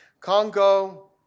Congo